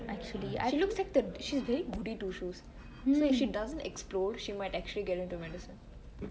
she looks like the she's very goody two shoes so if she doesn't explore she might actually get into medicine